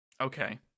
Okay